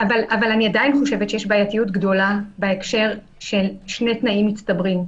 אבל אני עדיין חושבת שיש בעייתיות גדולה בהקשר של שני תנאים מצטברים,